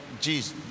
jesus